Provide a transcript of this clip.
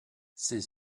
c’est